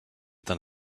than